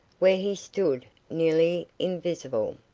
where he stood nearly invisible,